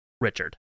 Richard